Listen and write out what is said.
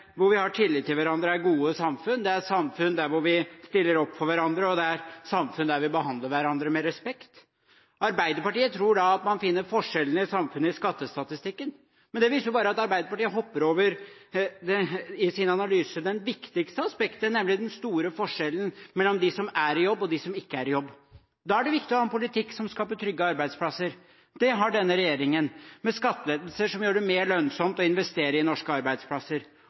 hvor vi har tillit til hverandre, er gode samfunn, det er samfunn der vi stiller opp for hverandre, og det er samfunn der vi behandler hverandre med respekt. Arbeiderpartiet tror at man finner forskjellene i samfunnet i skattestatistikken, men det viser bare at Arbeiderpartiet i sin analyse hopper over det viktigste aspektet, nemlig den store forskjellen mellom dem som er i jobb, og dem som ikke er i jobb. Da er det viktig å ha en politikk som skaper trygge arbeidsplasser. Det har denne regjeringen, med skattelettelser som gjør det mer lønnsomt å investere i norske arbeidsplasser.